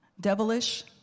Devilish